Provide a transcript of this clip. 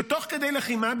שתוך כדי לחימה,